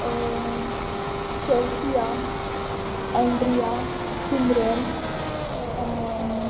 Chelsea Andrea Simran